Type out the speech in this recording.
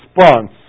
response